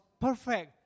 perfect